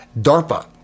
DARPA